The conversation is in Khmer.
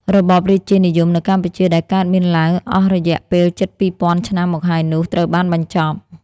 របបរាជានិយមនៅកម្ពុជាដែលកើតមានឡើងអស់រយៈពេលជិត២ពាន់ឆ្នាំមកហើយនោះត្រូវបានបញ្ចប់ ។